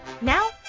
Now